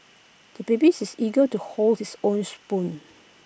the babies is eager to hold his own spoon